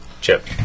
Chip